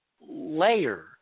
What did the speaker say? layer